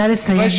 נא לסיים.